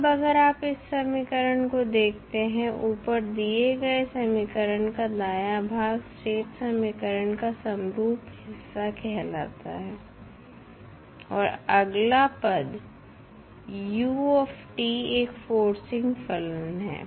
अब अगर आप इस समीकरण को देखते हैं ऊपर दिए गए समीकरण का दायां भाग स्टेट समीकरण का समरूप हिस्सा कहलाता है और अगला पद एक फोर्सिंग फलन है